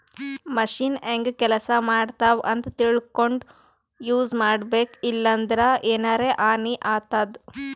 machine ಹೆಂಗ್ ಕೆಲಸ ಮಾಡ್ತಾವ್ ಅಂತ್ ತಿಳ್ಕೊಂಡ್ ಯೂಸ್ ಮಾಡ್ಬೇಕ್ ಇಲ್ಲಂದ್ರ ಎನರೆ ಹಾನಿ ಆತದ್